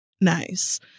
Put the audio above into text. nice